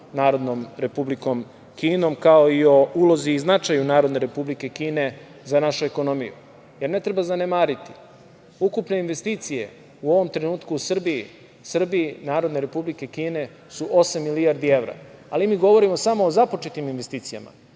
sa Narodnom Republikom Kinom, kao i o ulozi i značaju Narodne Republike Kine za našu ekonomiju. Ne treba zanemariti: ukupne investicije u ovom trenutku u Srbiji Narodne Republike Kine su osam milijardi evra, ali mi govorimo samo o započetim investicijama.